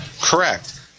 Correct